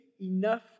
enough